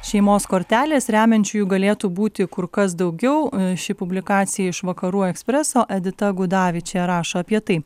šeimos kortelės remiančiųjų galėtų būti kur kas daugiau ši publikacija iš vakarų ekspreso edita gudavičė rašo apie tai